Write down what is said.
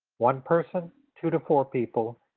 one person, two to four people,